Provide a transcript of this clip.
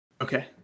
Okay